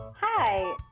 Hi